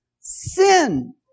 sin